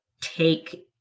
take